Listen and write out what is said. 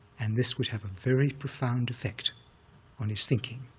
and this would have a very profound effect on his thinking,